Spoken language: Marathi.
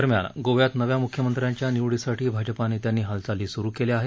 दरम्यान गोव्यात नव्या म्ख्यमंत्र्याच्या निवडीसाठी भाजपा नेत्यांनी हालचाली सुरु केल्या आहेत